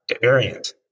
variant